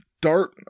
dart